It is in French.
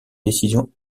décision